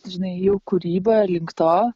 žinai jau kūryba link to